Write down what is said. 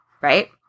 Right